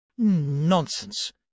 Nonsense